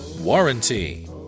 warranty